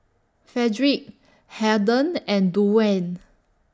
Frederick Harden and Duwayne